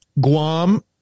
Guam